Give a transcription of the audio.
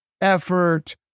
effort